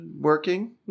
Working